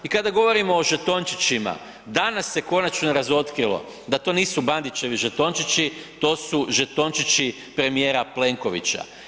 I kada govorimo o žetončićima danas se konačno razotkrilo da to nisu Bandićevi žetončići, to su žetončići premijera Plenkovića.